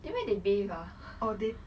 then where they bathe ah